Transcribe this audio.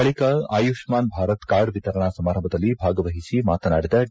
ಬಳಿಕ ಆಯುಷ್ಸಾನ್ ಭಾರತ್ ಕಾರ್ಡ್ ವಿತರಣಾ ಸಮಾರಂಭದಲ್ಲಿ ಭಾಗವಹಿಸಿ ಮಾತನಾಡಿದ ಡಿ